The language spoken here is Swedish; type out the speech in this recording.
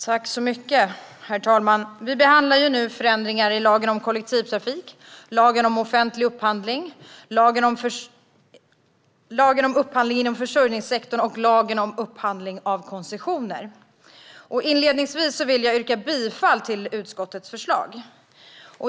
Herr talman! Vi behandlar nu förändringar i lagen om kollektivtrafik, lagen om offentlig upphandling, lagen om upphandling inom försörjningssektorn och lagen om upphandling av koncessioner. Inledningsvis vill jag yrka bifall till utskottets förslag.